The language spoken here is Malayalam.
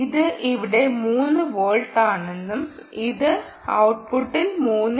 ഇത് ഇവിടെ 3 വോൾട്ട് ആണെന്നും ഇത് ഔട്ട്പുട്ടിൽ 3